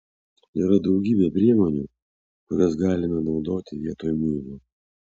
yra daugybė priemonių kurias galime naudoti vietoj muilo